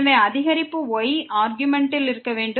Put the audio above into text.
எனவே அதிகரிப்பு y ஆர்க்யூமென்ட்டில் இருக்க வேண்டும்